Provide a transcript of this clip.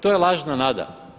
To je lažna nada.